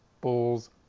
Bulls